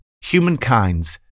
humankind's